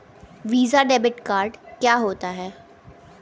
Visa debit card क्या होता है?